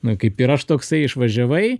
nu kaip ir aš toksai išvažiavai